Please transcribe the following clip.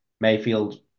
Mayfield